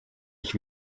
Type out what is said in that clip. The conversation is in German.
ich